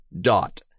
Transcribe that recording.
dot